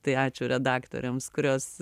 tai ačiū redaktorėms kurios